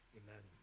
amen